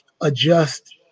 adjust